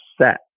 set